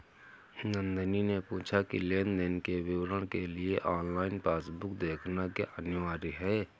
नंदनी ने पूछा की लेन देन के विवरण के लिए ऑनलाइन पासबुक देखना क्या अनिवार्य है?